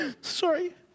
sorry